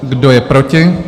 Kdo je proti?